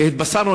והתבשרנו,